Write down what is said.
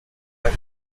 but